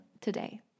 today